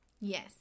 yes